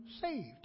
saved